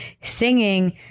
singing